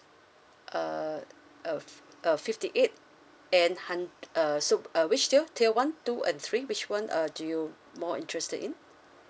uh uh oh fifty eight and hund~ uh so which tier tier one two and three which [one] uh do you more interested in